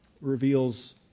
reveals